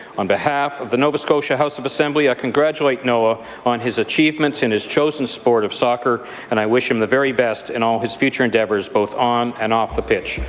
on behalf of the nova scotia house of assembly, i contribute noah on his achievements in his chosen sport of socker and you wish him the very best in all his future endeavors both on and off the pitch.